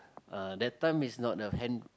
ah that time is not the hand~